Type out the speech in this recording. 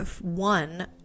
one